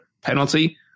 penalty